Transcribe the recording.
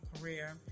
career